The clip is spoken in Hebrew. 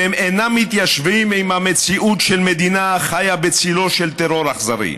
והם אינם מתיישבים עם המציאות של מדינה החיה בצילו של טרור אכזרי.